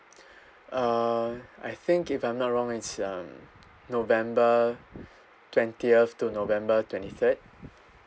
uh I think if I'm not wrong it's um november twentieth to november twenty-third